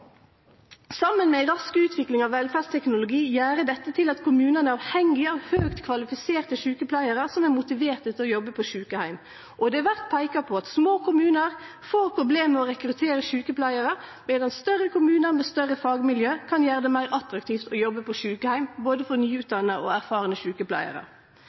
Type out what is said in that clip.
Saman med ei rask utvikling av velferdsteknologi gjer dette at kommunane er avhengige av høgt kvalifiserte sjukepleiarar som er motiverte til å jobbe på sjukeheim. Det vert peika på at små kommunar får problem med å rekruttere sjukepleiarar, medan større kommunar med større fagmiljø kan gjere det meir attraktivt å jobbe på sjukeheim for både nyutdanna og erfarne sjukepleiarar.